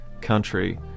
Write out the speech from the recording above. country